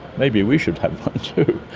maybe we should have one too!